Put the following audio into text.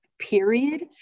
period